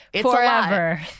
Forever